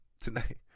Tonight